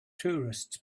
tourists